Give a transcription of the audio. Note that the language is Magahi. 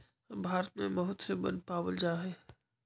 भारत में बहुत से वन पावल जा हई